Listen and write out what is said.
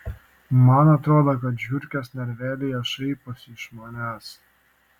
man atrodo kad žiurkės narvelyje šaiposi iš manęs